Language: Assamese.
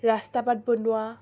ৰাস্তা বাট বনোৱা